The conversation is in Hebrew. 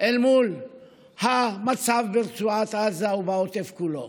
אל מול המצב ברצועת עזה ובעוטף כולו.